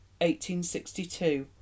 1862